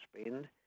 spend